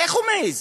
איך הוא מעז?